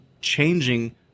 changing